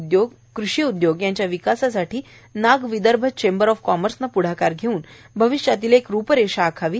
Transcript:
उदयोग कृषी उदयोग यांच्या विकासासाठी नागविदर्भ चेंबर ऑफ कॉमर्सने प्ढाकार घेऊन भविष्यातील एक रुपरेषा आखावी